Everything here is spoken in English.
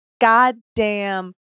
goddamn